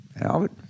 Albert